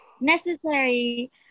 necessary